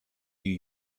new